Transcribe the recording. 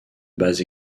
base